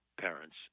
parents